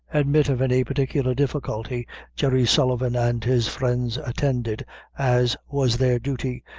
admit of any particular difficulty jerry sullivan and his friends attended as, was their duty,